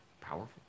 powerful